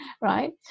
right